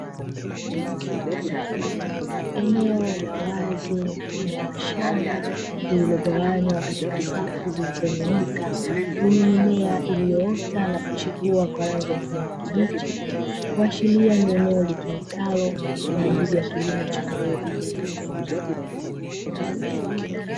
Eneo la wazi mfano wa shamba lililogawanywa katika safu zilizo nyooka , zenye mimea iliyoota na kuchipua kwa rangi ya kijani kibichi, kuashiria ni eneo litumikalo kwa ajili ya kilimo cha mbegu.